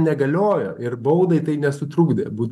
negaliojo ir baudai tai nesutrukdė būt